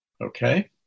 okay